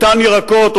אותם ירקות,